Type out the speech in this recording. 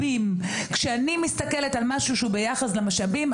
כשאני מסתכלת על משהו שהוא ביחס למשאבים,